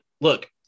look